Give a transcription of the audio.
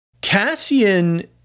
Cassian